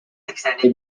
extended